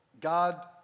God